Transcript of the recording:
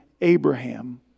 Abraham